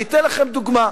אני אתן לכם דוגמה.